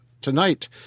Tonight